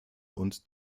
und